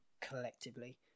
collectively